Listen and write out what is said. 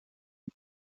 und